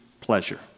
pleasure